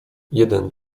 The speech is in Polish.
jeden